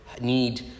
need